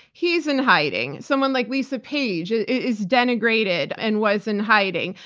he's in hiding. someone like lisa page is denigrated and was in hiding.